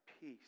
peace